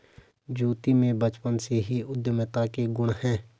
ज्योति में बचपन से ही उद्यमिता के गुण है